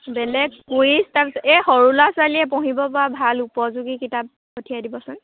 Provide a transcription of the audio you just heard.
বেলেগ কুইছ তাৰ পিছত এই সৰু ল'ৰা ছোৱালীয়ে পঢ়িব পৰা ভাল উপযোগী কিতাপ পঠিয়াই দিবচোন